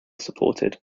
supported